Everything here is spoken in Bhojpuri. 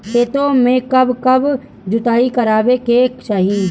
खेतो में कब कब जुताई करावे के चाहि?